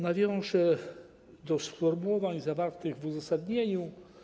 Nawiążę do sformułowań zawartych w uzasadnieniu.